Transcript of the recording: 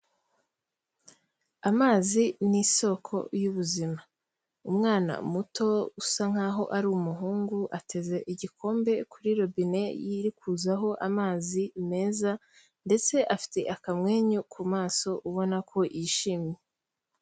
Amazi ni isoko yubuzima. Umwana muto usa nkaho ari umuhungu ateze igikombe kuri robine yiri kuzaho amazi meza ndetse afite akamwenyu ku maso, ubona ko yishimye.